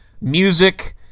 music